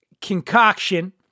concoction